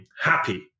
happy